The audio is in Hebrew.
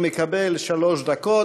הוא מקבל שלוש דקות.